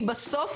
כי בסוף,